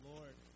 Lord